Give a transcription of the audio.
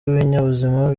rw’ibinyabuzima